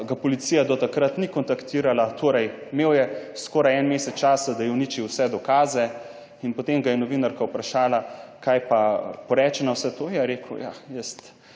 policija do takrat ni kontaktirala, torej imel je skoraj en mesec časa, da je uničil vse dokaze in potem ga je novinarka vprašala, kaj pa poreče na vse to. Je rekel: »Jaz